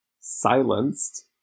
silenced